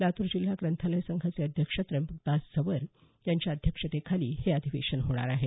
लातूर जिल्हा ग्रंथालय संघाचे अध्यक्ष त्र्यंबकदास झंवर यांच्या अध्यक्षतेखाली हे अधिवेशन होणार आहे